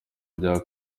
bya